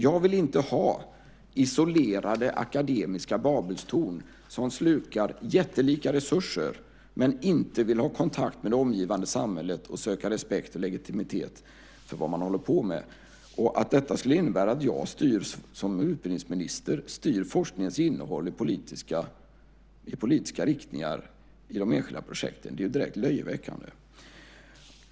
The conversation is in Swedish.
Jag vill inte ha isolerade akademiska babelstorn som slukar jättelika resurser men inte vill ha kontakt med det omgivande samhället och söka respekt och legitimitet för vad man håller på med. Att det skulle innebära att jag som utbildningsminister styr forskningens innehåll i politiska riktningar i de enskilda projekten är ju direkt löjeväckande.